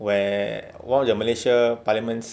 where all the malaysia parliaments